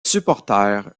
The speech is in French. supporters